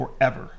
forever